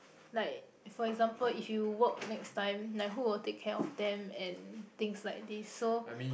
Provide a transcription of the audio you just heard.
like for example if you work next time like who will take care of them and things like this so